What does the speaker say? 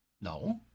No